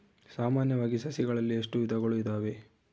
ಸಾಮಾನ್ಯವಾಗಿ ಸಸಿಗಳಲ್ಲಿ ಎಷ್ಟು ವಿಧಗಳು ಇದಾವೆ?